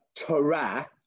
Torah